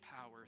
power